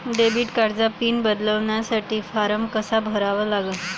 Debit कार्डचा PIN बदलासाठी form कसा भरा लागन?